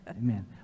amen